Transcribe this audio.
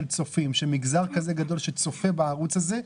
צופים של מגזר כזה גדול שצופה בערוץ הזה,